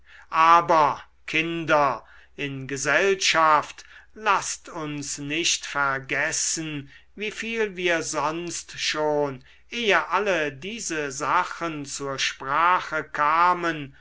aber kinder in gesellschaft laßt uns nicht vergessen wieviel wir sonst schon ehe alle diese sachen zur sprache kamen